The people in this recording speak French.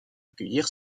accueillir